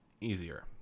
easier